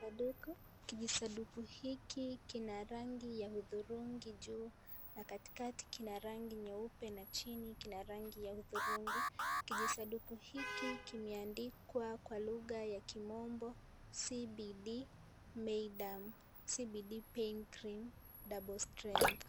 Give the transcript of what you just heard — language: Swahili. Kwenye kijisanduku hiki kina rangi ya udhurungi juu na katikati kina rangi nyeupe na chini kina rangi ya udhurungi kijisanduku hiki kimeandikwa kwa lugha ya kimombo CBD Myaderm CBD Pain Cream double strength .